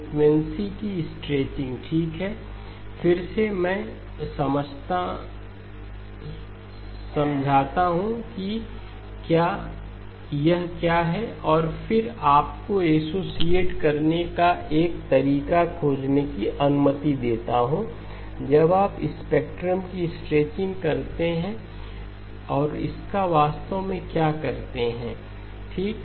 frequency की stretching ठीक है फिर से मैं समझाता हूं कि यह क्या है और फिर आपको एसोसिएट करने का एक तरीका खोजने की अनुमति देता हूं जब आप स्पेक्ट्रम के स्ट्रेचिंग कहते हैं और इसका वास्तव में क्या करते हैं ठीक